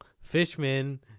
fishman